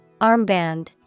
Armband